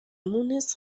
مونس